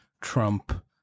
trump